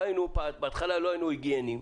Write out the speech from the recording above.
בהתחלה לא היינו היגייניים